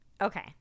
Okay